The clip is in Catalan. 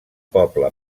poble